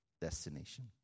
destination